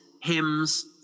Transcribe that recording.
hymns